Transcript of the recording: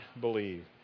believe